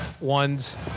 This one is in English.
ones